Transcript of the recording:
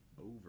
over